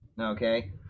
Okay